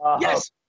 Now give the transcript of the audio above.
yes